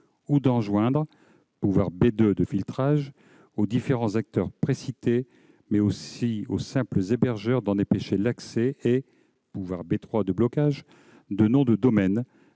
ou d'enjoindre- pouvoir B2 de filtrage -aux différents acteurs précités, mais aussi aux simples hébergeurs d'en empêcher l'accès et- pouvoir B3 de blocage de noms de domaine